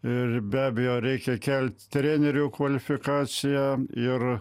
ir be abejo reikia kelt trenerių kvalifikaciją ir